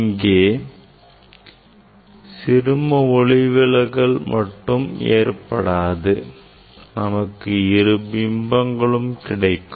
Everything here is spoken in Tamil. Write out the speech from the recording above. இங்கே சிறும ஒளிவிலகல் மட்டும் ஏற்படாது நமக்கு இரு பிம்பங்களும் கிடைக்கும்